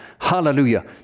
Hallelujah